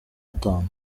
atanu